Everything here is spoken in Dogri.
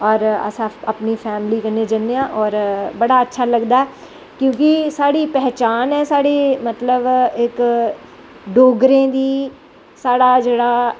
और अस अपनी फैमली कन्नैं जन्नें आं और बड़ा अच्छा लगदा ऐ क्योंकि साढ़ी पैह्चान ऐ साढ़ी मतलव इक डोगरें दी साढ़ा जेह्ड़ा